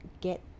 get